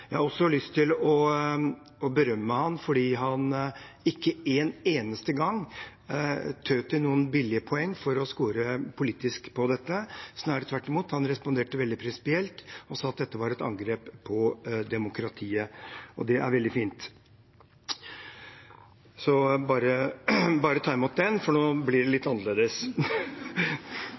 Jeg har også lyst til å berømme ham for ikke en eneste gang å forsøke å score noen billige politiske poeng på dette. Snarere tvert imot: Han responderte veldig prinsipielt og sa at dette var et angrep på demokratiet. Det er veldig fint. Han får bare ta imot den, for nå blir det litt annerledes!